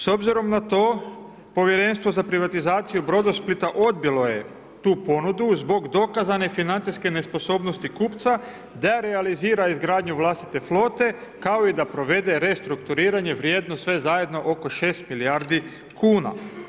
S obzirom na to povjerenstvo za privatizaciju Brodosplita, odbio je tu ponudu, zbog dokazane financijske nesposobnosti kupca, da realizira izgradnju vlastite flote, kao i da provede restrukturiranje vrijedno sve zajedno oko 6 milijardi kuna.